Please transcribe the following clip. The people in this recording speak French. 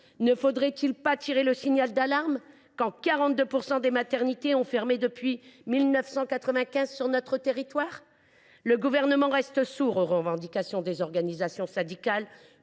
Ne faudrait il pas tirer le signal d’alarme lorsque l’on constate que 42 % des maternités ont fermé depuis 1995 sur notre territoire ? Le Gouvernement reste sourd aux revendications des organisations syndicales